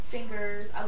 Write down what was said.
Singers